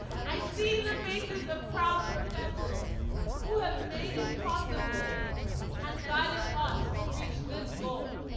i see the faces of proud professors who have made it possible and guided us to reach this goal.